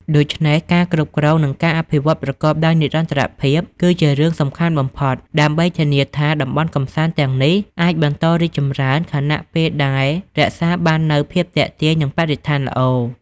ដូច្នេះ ការគ្រប់គ្រង និងការអភិវឌ្ឍប្រកបដោយនិរន្តរភាព គឺជារឿងសំខាន់បំផុត ដើម្បីធានាថា តំបន់កម្សាន្តទាំងនេះអាចបន្តរីកចម្រើន ខណៈពេលដែលរក្សាបាននូវភាពទាក់ទាញ និងបរិស្ថានល្អ។